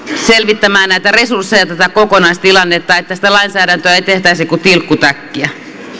selvittämään näitä resursseja ja tätä kokonaistilannetta niin että sitä lainsäädäntöä ei tehtäisi kuin tilkkutäkkiä